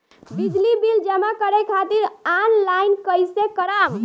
बिजली बिल जमा करे खातिर आनलाइन कइसे करम?